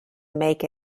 make